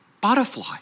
Butterfly